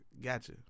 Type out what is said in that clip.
Gotcha